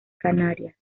canarias